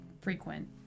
frequent